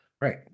Right